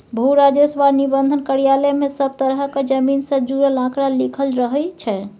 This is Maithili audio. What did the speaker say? भू राजस्व आ निबंधन कार्यालय मे सब तरहक जमीन सँ जुड़ल आंकड़ा लिखल रहइ छै